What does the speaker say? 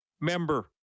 member